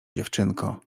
dziewczynko